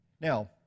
Now